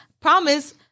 Promise